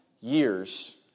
years